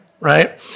right